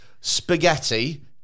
spaghetti